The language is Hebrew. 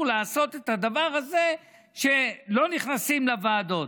לעשות את הדבר הזה שלא נכנסים לוועדות.